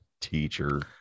teacher